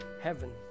heaven